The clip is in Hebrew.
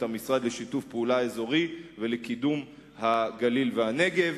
המשרד לשיתוף פעולה אזורי ולקידום הגליל והנגב.